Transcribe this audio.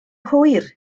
hwyr